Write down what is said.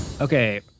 Okay